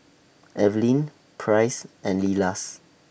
Evelin Price and Leila's